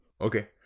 Okay